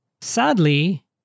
Sadly